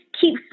keep